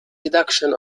reduction